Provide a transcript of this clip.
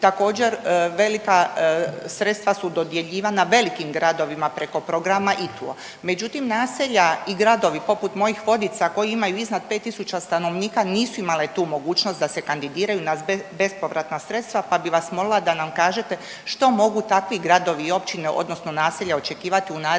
Također velika sredstva su dodjeljivana velikim gradovima preko programa ITU-a, međutim naselja i gradovi poput mojih Vodica koji imaju iznad 5 tisuća stanovnika nisu imale tu mogućnost da se kandidiraju na bespovratna sredstva pa bi vas molila da nam kažete što mogu takvi gradovi i općine odnosno naselja očekivati u narednom